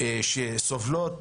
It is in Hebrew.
שסובלות